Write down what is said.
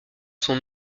son